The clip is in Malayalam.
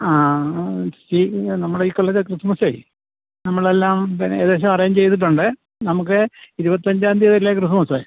ആ ആ പിന്നെ നമ്മളെ ഈ കൊല്ലത്തെ ക്രിസ്മസേ നമ്മളെല്ലാം പിന്നെ ഏകദേശം അറേഞ്ച് ചെയ്തിട്ടുണ്ട് നമുക്ക് ഇരുപത്തഞ്ചാം തീയ്യതിയാ ക്രിസ്മസ്